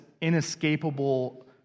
inescapable